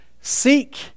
seek